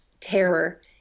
terror